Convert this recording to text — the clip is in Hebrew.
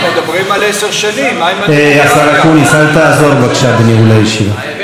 אני מבטיח לחברי האופוזיציה שאני אגע בכל השאלות שלהם.